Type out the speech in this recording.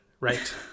Right